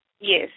Yes